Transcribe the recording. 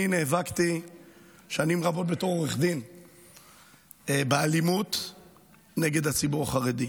אני נאבקתי שנים רבות בתוך עורך דין באלימות נגד הציבור החרדי.